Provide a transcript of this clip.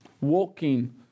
walking